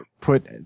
put